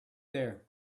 there